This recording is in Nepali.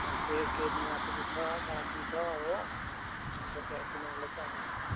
के के नातिनी छ नाति छ हो अन्त त्यहाँ तिनीहरूलाई चाहिँ अब